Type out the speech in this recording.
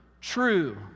true